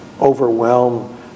overwhelm